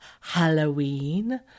Halloween